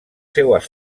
seues